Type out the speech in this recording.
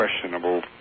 questionable